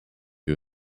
who